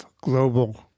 global